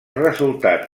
resultats